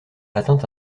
atteint